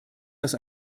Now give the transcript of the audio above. das